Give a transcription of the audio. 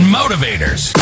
motivators